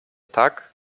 tak